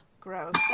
Gross